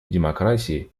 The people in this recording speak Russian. демократии